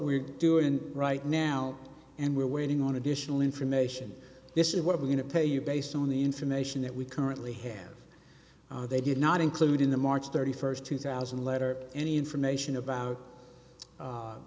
we're doing right now and we're waiting on additional information this is what we're going to pay you based on the information that we currently have they did not include in the march thirty first two thousand letter any information about